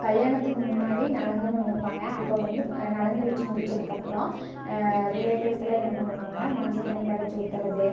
கல்யாணத்துக்கு முன்னாடி நலங்குன்னு ஒன்று வைப்பாங்க அப்போ வந்து நலங்கு வச்சு முடிச்சதுக்கு அப்புறம் ரிலேட்டிவ்ஸ்லாம் என்ன பண்ணுவாங்கன்னா மஞ்ச தண்ணி கரைச்சி ஊற்றறது